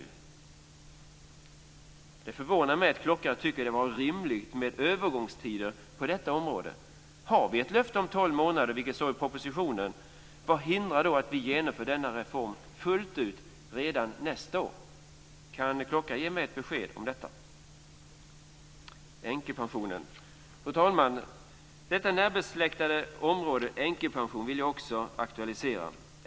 Det förvånar mig att Klockare tycker att det är rimligt med övergångstider på detta område. Har vi ett löfte om tolv månader, vilket står i propositionen, vad hindrar då att vi genomför denna reform fullt ut redan nästa år? Kan Klockare ge mig ett besked om detta? Fru talman! Jag vill också aktualisera det närbesläktade området änkepension.